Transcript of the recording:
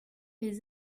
les